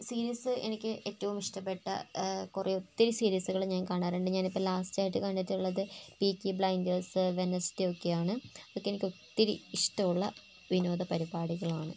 series എനിക്ക് ഏറ്റവും ഇഷ്ട്ടപ്പെട്ട കുറെ ഒത്തിരി സീരീസുകൾ ഞാൻ കാണാറുണ്ട് ഞാൻ ഇപ്പോൾ ലാസ്റ്റ് ആയിട്ട് കണ്ടിട്ടുള്ളത് പീക്കി ബ്ലൈൻഡേർസ് വെഡ്നെസ്ഡേ ഒക്കെയാണ് ഇതൊക്കെ എനിക്ക് ഒത്തിരി ഇഷ്ട്ടമുള്ള വിനോദ പരിപാടികളാണ്